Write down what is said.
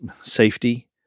safety